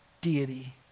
deity